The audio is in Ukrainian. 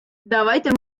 давайте